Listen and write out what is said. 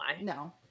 No